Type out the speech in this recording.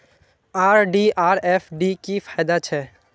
RD आर FD की फ़ायदा छे?